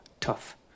tough